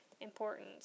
important